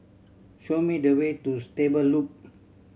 show me the way to Stable Loop